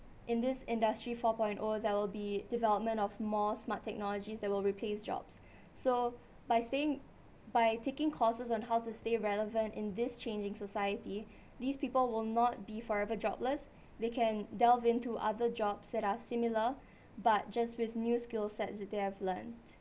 in this industry four-point-o there will be development of more smart technologies that will replace jobs so by staying by taking courses on how to stay relevant in this changing society these people will not be forever jobless they can delve into other jobs that are similar but just with new skillsets they have learnt